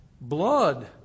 blood